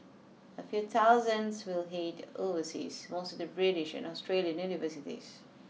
a few thousands will head overseas mostly to British and Australian universities